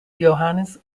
johannes